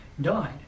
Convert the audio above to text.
died